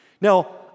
Now